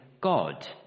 god